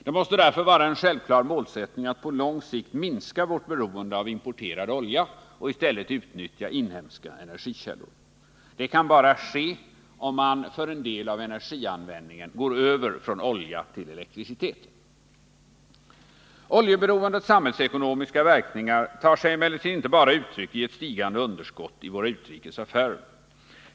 Det måste därför vara en självklar målsättning att på lång sikt minska vårt beroende av importerad olja och i stället utnyttja inhemska energikällor. Det kan bara ske om man för en del av energianvändningen går över från olja till elektricitet. Oljeberoendets samhällsekonomiska verkningar tar sig inte bara uttryck i ett stigande underskott i våra utrikes affärer.